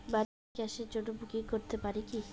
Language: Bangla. বাড়ির গ্যাসের জন্য বুকিং করতে পারি কি?